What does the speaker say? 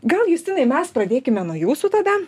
gal justinai mes pradėkime nuo jūsų tada